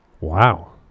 Wow